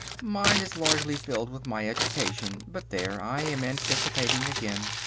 mine is largely filled with my education but there! i am anticipating again.